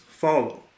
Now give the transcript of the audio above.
Follow